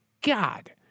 God